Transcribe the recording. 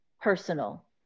personal